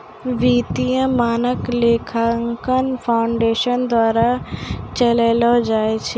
वित्तीय मानक लेखांकन फाउंडेशन द्वारा चलैलो जाय छै